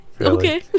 okay